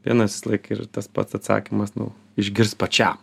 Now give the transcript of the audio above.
vienas visą laiką ir tas pats atsakymas nu išgirst pačiam